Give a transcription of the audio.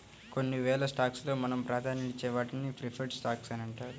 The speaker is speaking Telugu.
కొన్నివేల స్టాక్స్ లో మనం ప్రాధాన్యతనిచ్చే వాటిని ప్రిఫర్డ్ స్టాక్స్ అంటారు